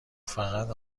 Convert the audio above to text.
فقط